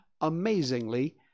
amazingly